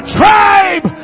tribe